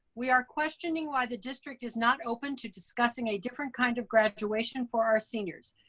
we are questioning why the district is not open to discussing a different kind of graduation for our seniors.